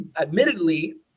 admittedly